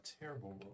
terrible